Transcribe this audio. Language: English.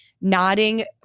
nodding